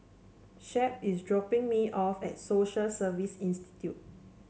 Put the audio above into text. Shep is dropping me off at Social Service Institute